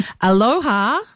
aloha